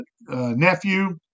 nephew